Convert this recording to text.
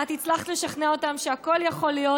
ואת הצלחת לשכנע אותם שהכול יכול להיות,